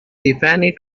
tiffany